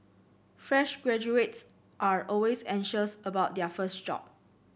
fresh graduates are always anxious about their first job